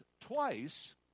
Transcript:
twice